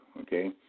okay